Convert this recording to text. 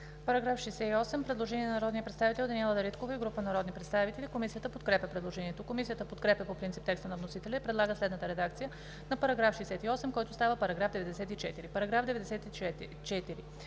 По § 69 има предложение на народния представител Даниела Дариткова и група народни представители. Комисията подкрепя предложението. Комисията подкрепя по принцип текста на вносителя и предлага следната редакция на § 69, който става § 95: „§ 95.